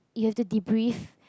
you have to debrief